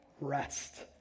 rest